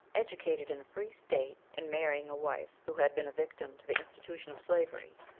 educated in a free state, and marrying a wife who had been a victim to the institution of slavery,